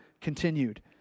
continued